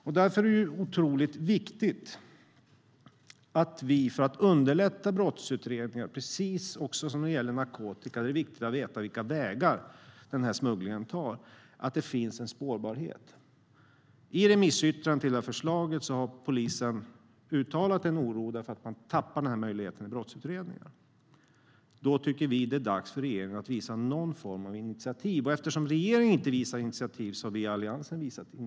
För att underlätta brottsutredningar är det därför otroligt viktigt att vi - precis som när det gäller narkotika - vet vilka vägar smugglingen tar och att det finns en spårbarhet. I remissyttrandet till det här förslaget har polisen uttalat oro eftersom man tappar den här möjligheten i brottsutredningarna. Vi tycker att det är dags för regeringen att visa någon form av initiativ. Eftersom regeringen inte har visat initiativ har vi i Alliansen gjort det.